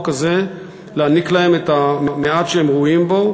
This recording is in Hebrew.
הזה להעניק להם את המעט שהם ראויים בו,